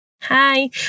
Hi